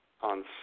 On